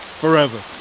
forever